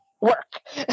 work